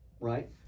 Right